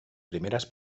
primeras